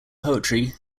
poetry